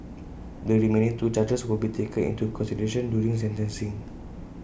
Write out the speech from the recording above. the remaining two charges will be taken into consideration during sentencing